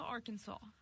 Arkansas